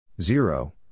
Zero